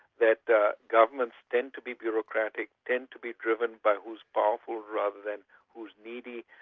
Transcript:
that that governments tend to be bureaucratic, tend to be driven by who's powerful rather than who's needy.